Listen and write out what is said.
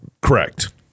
correct